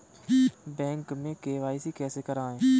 Bank में KYC कैसे करायें?